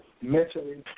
mentally